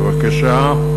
בבקשה.